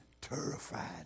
terrified